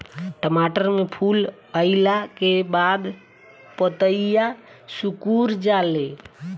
टमाटर में फूल अईला के बाद पतईया सुकुर जाले?